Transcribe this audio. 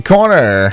Corner